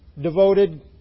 devoted